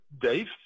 Dave